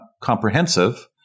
comprehensive